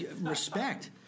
respect